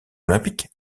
olympique